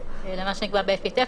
למה שנקבע ב FATF,